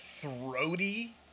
throaty